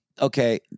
okay